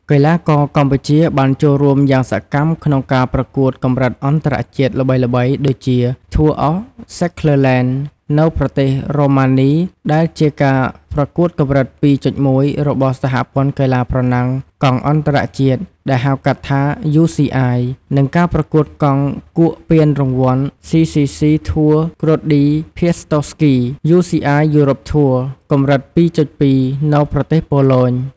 កីឡាករកម្ពុជាបានចូលរួមយ៉ាងសកម្មក្នុងការប្រកួតកម្រិតអន្តរជាតិល្បីៗ ដូចជា Tour of Szeklerland នៅប្រទេសរូម៉ានី ដែលជាការប្រកួតកម្រិត ២.១ របស់សហព័ន្ធកីឡាប្រណាំងកង់អន្ដរជាតិ ដែលហៅកាត់ថា UCI និង ការប្រកួតកង់គួកពានរង្វាន់ CCC Tour Grody Piastowskie UCI Europe Tour កម្រិត ២.២ នៅប្រទេសប៉ូឡូញ ។